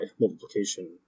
multiplication